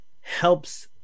helps